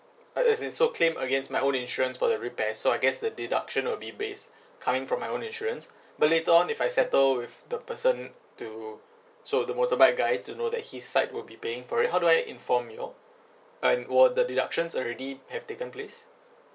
as as in so claim against my own insurance for the repair so I guess the deduction will be based coming from my own insurance but later on if I settle with the person to so the motorbike guy to know that his side will be paying for it how do I inform you all and will the deductions already have taken place